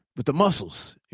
with the muscles.